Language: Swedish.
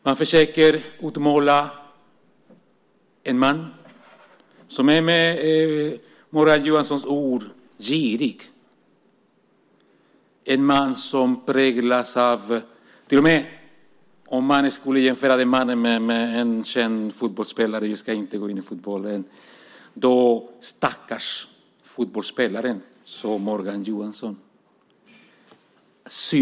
Man försöker utmåla en man som med Morgan Johanssons ord är girig. Man skulle kunna jämföra den mannen med en känd fotbollsspelare, men jag ska inte gå in på fotbollen. Stackars fotbollsspelaren, sade Morgan Johansson.